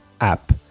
app